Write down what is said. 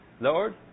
Lord